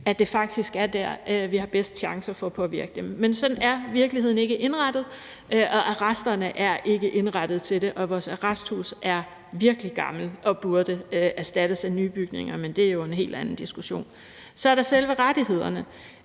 det faktisk er der, vi har bedst chance for at påvirke dem. Men sådan er virkeligheden ikke indrettet. Arresterne er ikke indrettet til det, og vores arresthuse er virkelig gamle og burde erstattes af nye bygninger, men det er jo en helt anden diskussion. Så er der selve rettighederne.